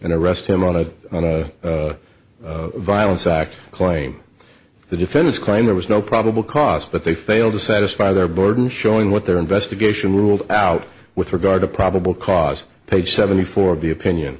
and arrest him on a violence act claim the defendant's claim there was no probable cause but they failed to satisfy their burden showing what their investigation ruled out with regard to probable cause page seventy four of the opinion